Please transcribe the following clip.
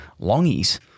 longies